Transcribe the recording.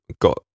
got